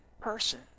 person